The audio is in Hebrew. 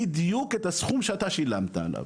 בדיוק את הסכום שאתה שילמת עליו.